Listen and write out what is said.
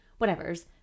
whatevers